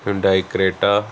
Hyundai Creta